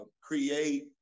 create